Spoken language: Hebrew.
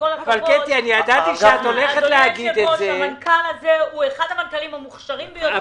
הוא אחד המנכ"לים המוכשרים ביותר.